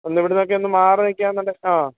ഒന്ന് ഇവിടുന്ന് ഒക്കെയൊന്ന് മാറിനിൽക്കാം എന്ന് ഉണ്ടെ ആ